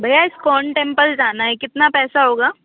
भैया ISKCON temple जाना है कितना पैसा होगा